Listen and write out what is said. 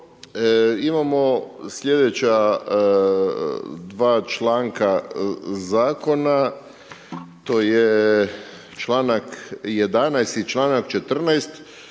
imamo sljedeća 2 članka zakona to je čl. 11. i čl. 14.